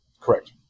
Correct